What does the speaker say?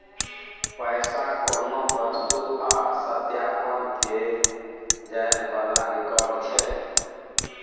पैसा कुनु वस्तु आ सत्यापन केर जाइ बला रिकॉर्ड छै